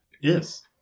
Yes